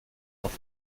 noch